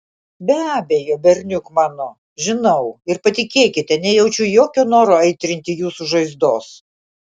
be abejo berniuk mano žinau ir patikėkite nejaučiu jokio noro aitrinti jūsų žaizdos